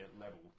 level